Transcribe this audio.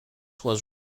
was